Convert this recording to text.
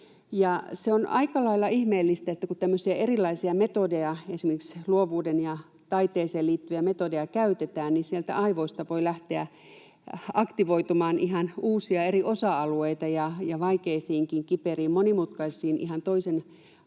Se on aika lailla ihmeellistä, että kun tämmöisiä erilaisia metodeja, esimerkiksi luovuuteen ja taiteeseen liittyviä metodeja, käytetään, niin sieltä aivoista voi lähteä aktivoitumaan ihan uusia eri osa-alueita ja vaikeisiinkin, kiperiin, monimutkaisiin ihan toisen alan